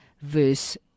verse